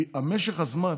כי במשך הזמן,